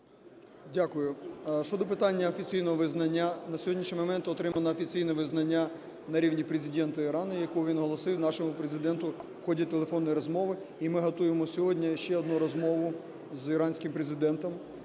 Дякую. Щодо питання офіційного визнання. На сьогоднішній момент отримано офіційне визнання на рівні Президента Ірану, яку він оголосив нашому Президенту у ході телефонної розмови, і ми готуємо сьогодні ще одну розмову з іранським президентом.